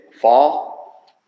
fall